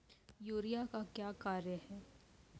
Urea का क्या कार्य हैं?